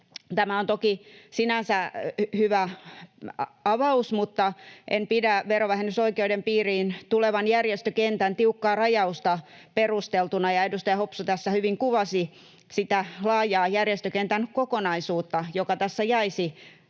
Tämä on toki sinänsä hyvä avaus, mutta en pidä verovähennysoikeuden piiriin tulevan järjestökentän tiukkaa rajausta perusteltuna, ja edustaja Hopsu tässä hyvin kuvasi sitä laajaa järjestökentän kokonaisuutta, joka tässä jäisi